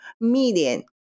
million